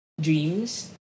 dreams